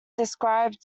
described